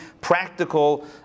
practical